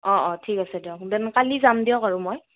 অ' অ' ঠিক আছে দিয়ক ডেন্ কালি যাম দিয়ক আৰু মই